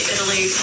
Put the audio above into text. Italy